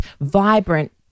vibrant